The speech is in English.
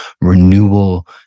renewal